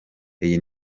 iyi